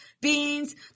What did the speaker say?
beans